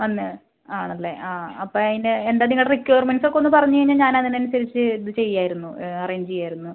വന്ന് ആണല്ലെ ആ അപ്പം അതിൻ്റെ എന്താ നിങ്ങളുടെ റിക്ക്വൊയർമെൻട്സ്സൊക്കൊന്ന് പറഞ്ഞ് കഴിഞ്ഞാൽ ഞാനതിനനുസരിച്ച് ഇത് ചെയ്യായിരുന്നു അറേഞ്ച് ചെയ്യായിരുന്നു